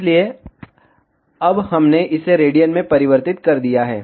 इसलिए अब हमने इसे रेडियन में परिवर्तित कर दिया है